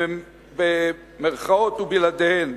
במירכאות או בלעדיהן,